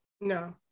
No